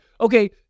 okay